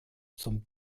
zum